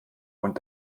und